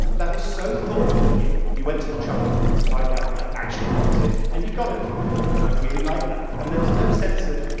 that was so thoughtful of you. you went through the trouble to find out what i actually wanted, and you got it for me, and i really like that. and there was no sense of,